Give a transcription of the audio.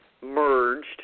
merged